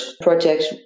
projects